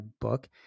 book